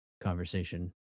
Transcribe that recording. conversation